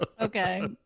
Okay